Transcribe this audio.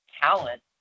talent